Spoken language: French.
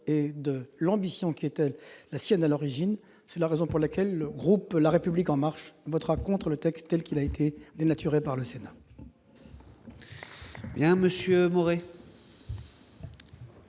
et de l'ambition qui le caractérisait à l'origine. C'est la raison pour laquelle le groupe La République En Marche votera contre ce texte, qui a été dénaturé par le Sénat.